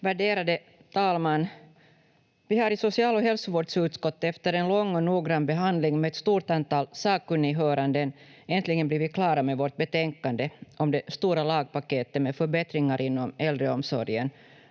Värderade talman! Vi har i social- och hälsovårdsutskottet efter en lång och noggrann behandling med ett stort antal sakkunnighöranden äntligen blivit klara med vårt betänkande om det stora lagpaketet med förbättringar inom äldreomsorgen,